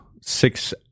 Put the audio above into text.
six